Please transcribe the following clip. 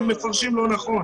הם מפרשים לא נכון.